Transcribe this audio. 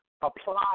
apply